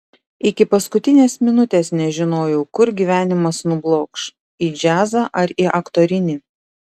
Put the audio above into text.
iki paskutinės minutės nežinojau kur gyvenimas nublokš į džiazą ar į aktorinį